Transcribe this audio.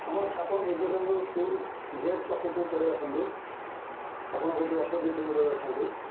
ଆପଣ ଆପଣ Vivekananda school gate ପାଖକୁ ପଳାଇ ଆସନ୍ତୁ ଆପଣ ବୋଧେ ଅପୋଜିଟ୍ ରୋଡ଼୍ରେ ଅଛନ୍ତି